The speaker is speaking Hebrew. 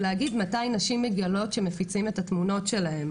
להגיד מתי נשים מגלות שמפיצים את התמונות שלהן